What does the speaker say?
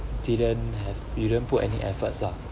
didn't have you didn't put any efforts lah